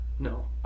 No